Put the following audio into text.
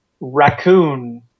raccoon